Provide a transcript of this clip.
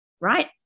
right